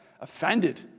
offended